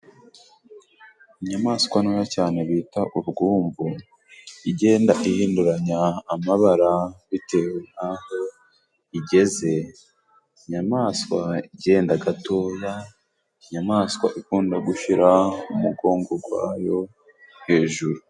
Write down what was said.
Inyamaswa ntoya cyane bita urwumvu, igenda ihinduranya amabara bitewe n'aho igeze. Inyamaswa igendaga toya, inyamaswa ikunda gushira umugongo gwayo hejuru.